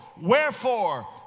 Wherefore